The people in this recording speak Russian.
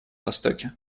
востоке